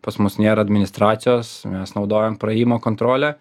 pas mus nėra administracijos mes naudojam praėjimo kontrolę